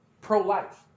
pro-life